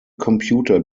computer